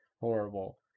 horrible